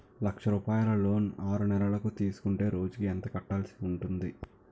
లక్ష రూపాయలు లోన్ ఆరునెలల కు తీసుకుంటే రోజుకి ఎంత కట్టాల్సి ఉంటాది?